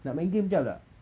nak main game jap tak